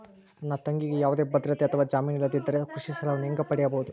ನನ್ನ ತಂಗಿಗೆ ಯಾವುದೇ ಭದ್ರತೆ ಅಥವಾ ಜಾಮೇನು ಇಲ್ಲದಿದ್ದರೆ ಕೃಷಿ ಸಾಲವನ್ನು ಹೆಂಗ ಪಡಿಬಹುದು?